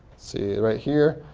see right here,